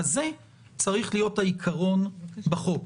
אז זה צריך להיות העיקרון בחוק.